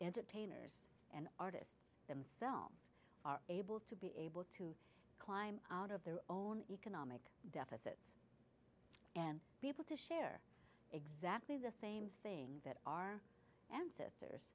entertainers and artists themselves are able to be climb out of their own economic deficits and be able to share exactly the same thing that our ancestors